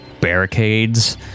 barricades